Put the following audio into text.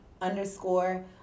underscore